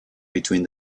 between